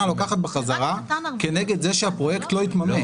לוקחת בחזרה כנגד זה שהפרויקט לא התממש.